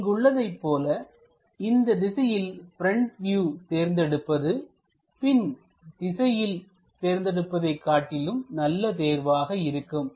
எனவே இங்கு உள்ளதைப்போல இந்த திசையில் ப்ரெண்ட் வியூ தேர்ந்தெடுப்பது பின் திசையில் தேர்ந்தெடுப்பதை காட்டிலும் நல்ல தேர்வாக இருக்கும்